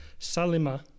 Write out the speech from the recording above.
salima